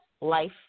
life